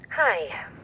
Hi